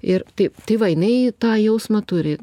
ir tai tai va jinai tą jausmą turi